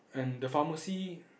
and the pharmacy